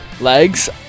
Legs